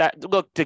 Look